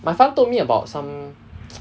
my friend told me about some